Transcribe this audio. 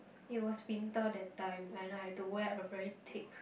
it was winter that time and I had to wear a very thick